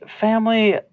family